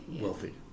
wealthy